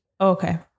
okay